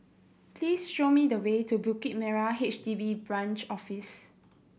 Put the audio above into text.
please show me the way to Bukit Merah H D B Branch Office